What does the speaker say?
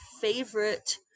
favorite